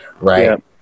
right